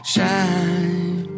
Shine